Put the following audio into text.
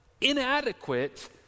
inadequate